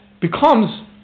becomes